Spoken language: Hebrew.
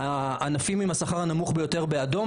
הענפים עם השכר הנמוך ביותר הם באדום,